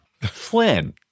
Flynn